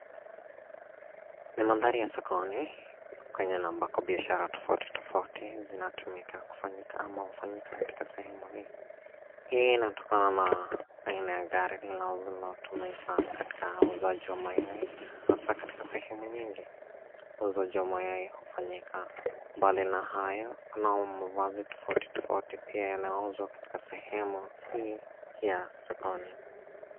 Mkokoteni wa kuuza bidhaa, ukiwa umefunikwa na mwavuli mkubwa wa rangi ya bluu. Mkokoteni una nembo ya Farmer's Choice upande wake, ikionyesha labda unauza bidhaa za nyama kama sausages au hot dogs . Nyuma ya mkokoteni, kuna maduka madogo au vibanda vinavyouza nguo na vitu vingine.